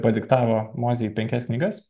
padiktavo mozei penkias knygas